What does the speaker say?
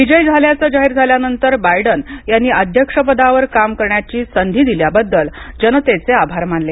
विजयी झाल्याचे जाहीर झाल्यानंतर बायडन यांनी अध्यक्षपदावर काम करण्याची संधी दिल्याबद्दल जनतेचे आभार मानले